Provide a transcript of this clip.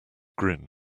grin